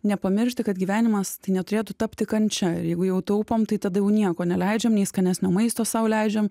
nepamiršti kad gyvenimas neturėtų tapti kančia ir jeigu jau taupom tai tada jau nieko neleidžiam nei skanesnio maisto sau leidžiam